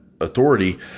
authority